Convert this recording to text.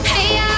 Hey